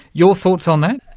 your thoughts on that?